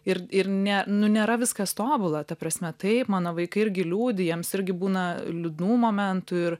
ir ir ne nu nėra viskas tobula ta prasme taip mano vaikai irgi liūdi jiems irgi būna liūdnų momentų ir